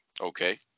Okay